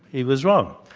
he was wrong.